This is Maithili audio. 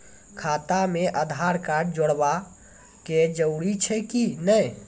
खाता म आधार कार्ड जोड़वा के जरूरी छै कि नैय?